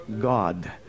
God